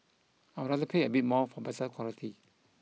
I would rather pay a bit more for better quality